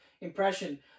impression